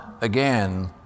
again